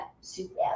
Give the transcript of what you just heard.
super